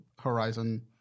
Horizon